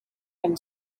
and